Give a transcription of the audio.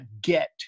get